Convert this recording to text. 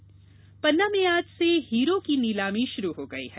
हीरा नीलाम पन्ना में आज से हीरों की नीलामी शुरू हो गयी है